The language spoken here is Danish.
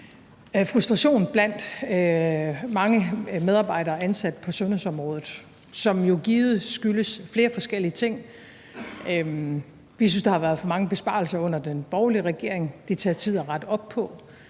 frustration blandt mange medarbejdere ansat på sundhedsområdet, hvilket jo givet skyldes flere forskellige ting. De synes, der har været for mange besparelser under den borgerlige regering. Det tager tid at rette op på.